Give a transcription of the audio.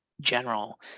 general